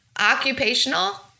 occupational